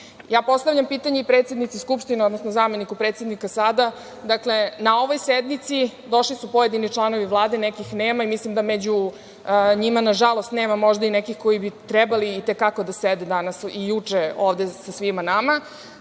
donete. Postavljam pitanje i predsednici Skupštine, odnosno zameniku predsednika sada. Dakle, na ovu sednicu došli su pojedini članovi Vlade, nekih nema, i mislim da među njima, nažalost, nema možda i nekih koji bi trebali i te kako da sede ovde i danas i juče ovde sa svima nama,